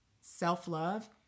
self-love